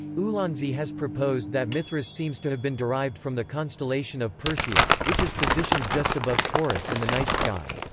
ulansey has proposed that mithras seems to have been derived from the constellation of perseus, which is positioned just above taurus in the night sky.